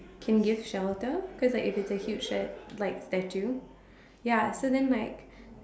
can give shelter cause like if it's a huge shel~ like statue ya so then like